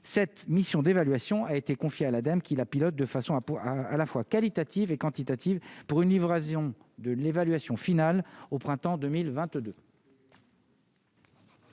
cette mission d'évaluation a été confiée à la dame qui la pilote de façon à Pau à à la fois qualitative et quantitative pour une Yves rasions de l'évaluation finale au printemps 2022.